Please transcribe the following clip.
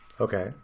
Okay